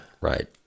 Right